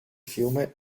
fiume